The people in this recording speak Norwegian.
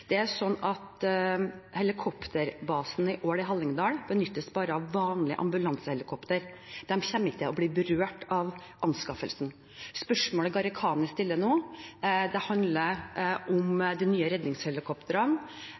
Helikopterbasen på Ål i Hallingdal benyttes bare av vanlig ambulansehelikopter. De kommer ikke til å bli berørt av anskaffelsen. Spørsmålet Gharahkhani stiller nå, handler om de nye